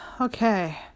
Okay